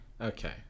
Okay